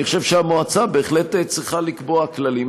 אני חושב שהמועצה בהחלט צריכה לקבוע כללים.